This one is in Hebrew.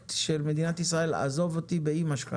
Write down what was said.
פרויקט "עזוב אותי באימא שלך",